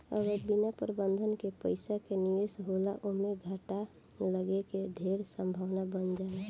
अगर बिना प्रबंधन के पइसा के निवेश होला ओमें घाटा लागे के ढेर संभावना बन जाला